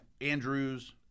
Andrews